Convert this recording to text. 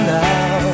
now